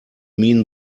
mean